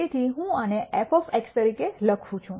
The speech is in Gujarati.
તેથી હું આને f તરીકે લખું છું